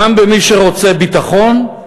גם למי שרוצה ביטחון,